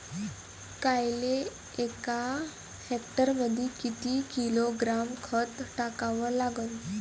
कांद्याले एका हेक्टरमंदी किती किलोग्रॅम खत टाकावं लागन?